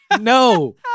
No